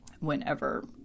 whenever